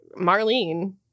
Marlene